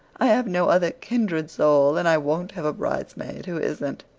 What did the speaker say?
i have no other kindred soul and i won't have a bridesmaid who isn't.